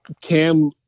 Cam